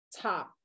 top